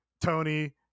Tony